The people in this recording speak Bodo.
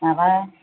माबा